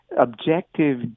objective